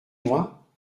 moi